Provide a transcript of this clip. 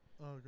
Okay